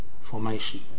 formation